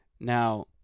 now